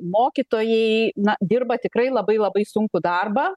mokytojai na dirba tikrai labai labai sunkų darbą